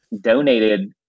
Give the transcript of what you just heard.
donated